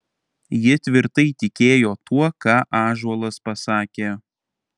ji tvirtai tikėjo tuo ką ąžuolas pasakė